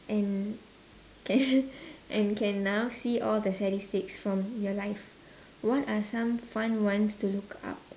and and can now see all the statistics from your life what are some fun ones to look up